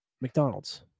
McDonald's